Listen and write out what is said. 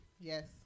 Yes